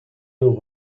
nos